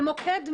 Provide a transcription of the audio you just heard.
במוקד מנ"ע,